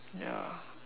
ya